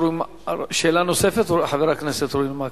שאלה נוספת חבר הכנסת אורי מקלב.